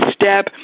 step